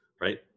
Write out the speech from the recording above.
right